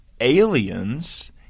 aliens